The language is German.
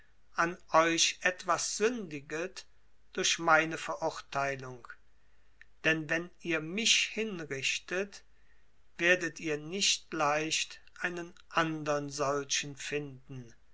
an euch etwas sündiget durch meine verurteilung denn wenn ihr mich hinrichtet werdet ihr nicht leicht einen andern solchen finden